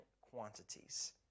quantities